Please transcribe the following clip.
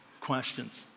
questions